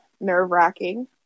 nerve-wracking